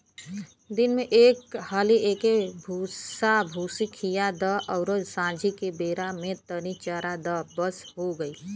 दिन में एक हाली एके भूसाभूसी खिया द अउरी सांझी के बेरा में तनी चरा द बस हो गईल